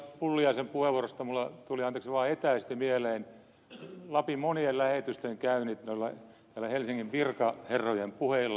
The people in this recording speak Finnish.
pulliaisen puheenvuorosta minulle tuli anteeksi vaan etäisesti mieleen lapin monien lähetystöjen käynnit täällä helsingin virkaherrojen puheilla